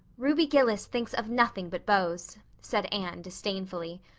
ruby gillis thinks of nothing but beaus, said anne disdainfully.